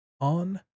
on